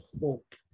hope